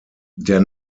der